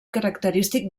característic